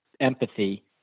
empathy